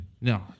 No